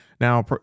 Now